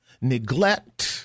neglect